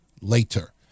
later